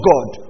God